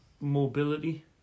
Mobility